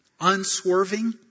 unswerving